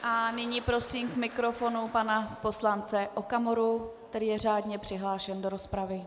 A nyní prosím k mikrofonu pana poslance Okamuru, který je řádně přihlášen do rozpravy.